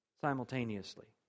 simultaneously